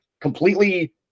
completely